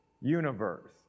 universe